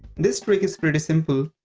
this trick is pretty simple,